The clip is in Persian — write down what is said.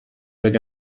اگر